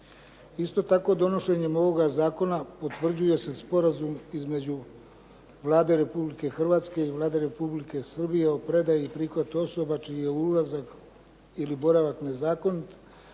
Isto tako, donošenjem ovoga zakona potvrđuje se Sporazum između Vlade Republike Hrvatske i Vlade Republike Srbije o predaji i prihvatu osoba čiji je ulazak ili boravak nezakonit